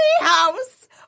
house